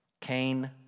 Cain